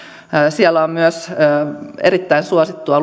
siellä on myös luontomatkailu erittäin suosittua